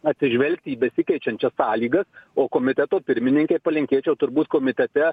atsižvelgti į besikeičiančias sąlygas o komiteto pirmininkei palinkėčiau turbūt komitete